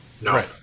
no